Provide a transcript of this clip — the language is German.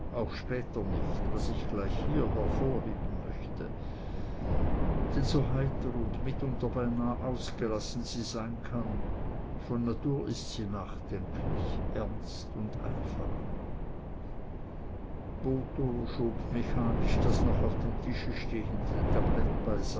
auch später nicht was ich gleich hier hervorheben möchte denn so heiter und mitunter beinahe ausgelassen sie sein kann von natur ist sie nachdenklich ernst und einfach botho schob mechanisch das noch auf dem tische